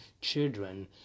children